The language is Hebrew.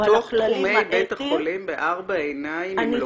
--- בתוך כותלי בית החולים בארבע עיניים עם לוביסטים?